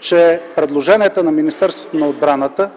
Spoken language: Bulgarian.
че предложенията на Министерството на отбраната